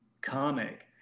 comic